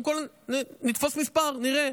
קודם כול נתפוס מספר ונראה.